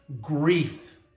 grief